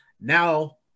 Now